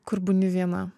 kur būni viena